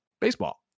baseball